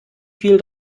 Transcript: viel